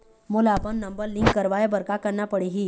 मोला अपन number link करवाये बर का करना पड़ही?